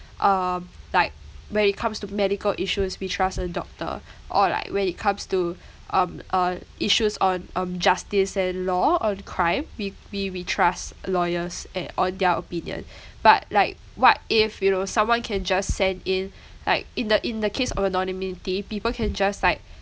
um like when it comes to medical issues we trust a doctor or like when it comes to um uh issues on um justice and law on crime we we we trust lawyers a~ on their opinion but like what if you know someone can just send in like in the in the case of anonymity people can just like